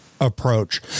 approach